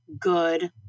good